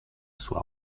sua